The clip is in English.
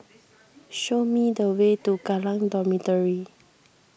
show me the way to Kallang Dormitory